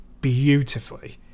beautifully